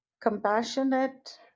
compassionate